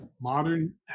modern